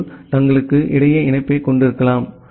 பிக்கள் தங்களுக்கு இடையே இணைப்பைக் கொண்டிருக்கலாம்